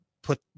put